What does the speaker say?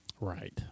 Right